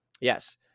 Yes